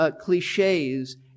cliches